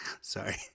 Sorry